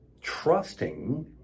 trusting